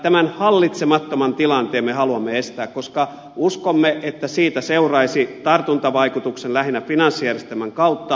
tämän hallitsemattoman tilanteen me haluamme estää koska uskomme että siitä seuraisi tartuntavaikutus lähinnä finanssijärjestelmän kautta